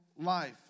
life